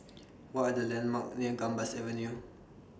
What Are The landmarks near Gambas Avenue